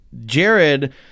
Jared